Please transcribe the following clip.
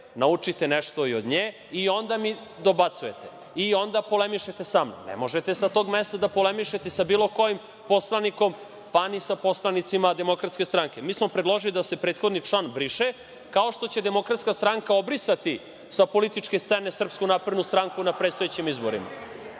naučite nešto i od nje, i onda mi dobacujete, i onda polemišete sa manom. Ne možete sa tog mesta da polemišete sa bilo kojim poslanikom, pa ni sa poslanicima DS.Mi smo predložili da se prethodni član briše, kao što će DS obrisati sa političke scene SNS na predstojećim izborima.